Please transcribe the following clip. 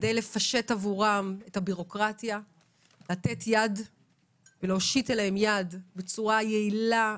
כדי לפשט עבורם את הבירוקרטיה ולהושיט אליהם יד בצורה יעילה,